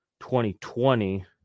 2020